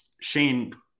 Shane